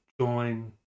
join